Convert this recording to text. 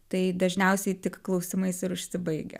tai dažniausiai tik klausimais ir užsibaigia